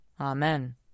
Amen